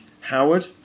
Howard